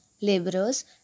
labourers